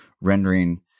rendering